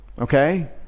okay